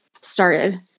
started